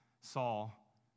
Saul